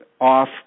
off